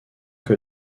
que